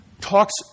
talks